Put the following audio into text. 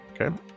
Okay